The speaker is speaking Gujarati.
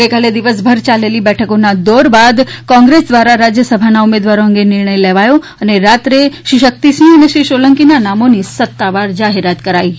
ગઇકાલે દિવસભર ચાલેલી બેઠકોના દોર બાદ કોંગ્રેસ દ્વારા રાજ્યસભાના ઉમેદવારો અંગે નિર્ણય લેવાયો અને રાત્રે શ્રી શક્તિસિંહ અને શ્રી સોલંકીના નામોની સત્તાવાર જાહેરાત કરાઇ છે